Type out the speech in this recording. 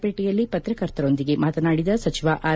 ಪೇಟೆಯಲ್ಲಿ ಪತ್ರಕರ್ತರೊಂದಿಗೆ ಮಾತನಾಡಿದ ಸಚಿವ ಆರ್